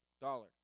Dollar